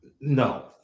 No